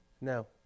No